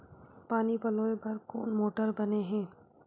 पानी पलोय बर कोन मोटर बने हे?